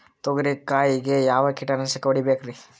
ತೊಗರಿ ಕಾಯಿಗೆ ಯಾವ ಕೀಟನಾಶಕ ಹೊಡಿಬೇಕರಿ?